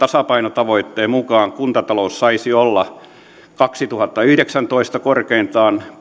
tasapainotavoitteen mukaan kuntatalous saisi olla kaksituhattayhdeksäntoista korkeintaan